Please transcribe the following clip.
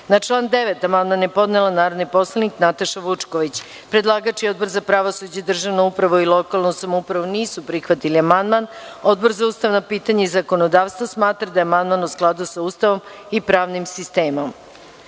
član 9. amandman je podnela narodni poslanik Nataša Vučković. Predlagač i Odbor za pravosuđe, državnu upravu i lokalnu samoupravu nisu prihvatili amandman. Odbor za ustavna pitanja i zakonodavstvo smatra da je amandman u skladu sa Ustavom i pravnim sistemom. Na